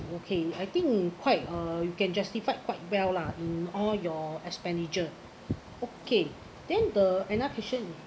okay I think quite uh you can justify quite well lah in all your expenditure okay then the inefficient